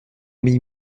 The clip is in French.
mis